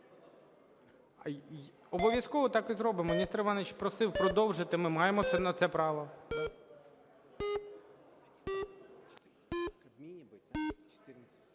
Обов'язково так і зробимо, Нестор Іванович просив продовжити, ми маємо на це право.